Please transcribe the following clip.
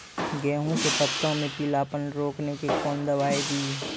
गेहूँ के पत्तों मे पीलापन रोकने के कौन दवाई दी?